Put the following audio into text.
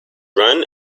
run